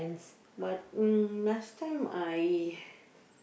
but mm last time I